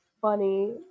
funny